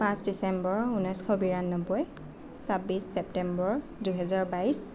পাঁচ ডিচেম্বৰ ঊনৈছশ বিৰান্নব্বৈ ছাব্বিছ ছেপ্তেম্বৰ দুহেজাৰ বাইছ